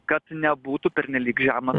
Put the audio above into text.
kad nebūtų pernelyg žemas